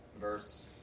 Verse